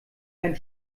einen